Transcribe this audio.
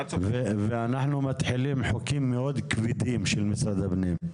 ואנחנו מתחילים חוקים מאוד כבדים של משרד הפנים.